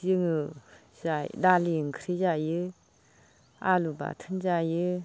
जोङो दालि ओंख्रि जायो आलु बाथोन जायो